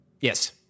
Yes